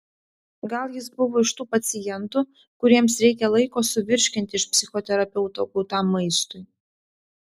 gal jis buvo iš tų pacientų kuriems reikia laiko suvirškinti iš psichoterapeuto gautam maistui